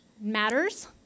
matters